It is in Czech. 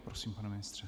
Prosím, pane ministře.